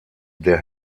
der